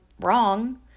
wrong